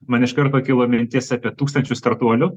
man iš karto kilo mintis apie tūkstančius startuolių